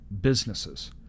businesses